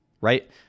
right